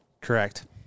Correct